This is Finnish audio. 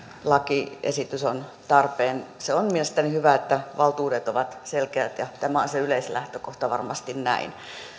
lakiesitys on tarpeen on mielestäni hyvä että valtuudet ovat selkeät ja yleislähtökohta on varmasti näin